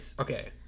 okay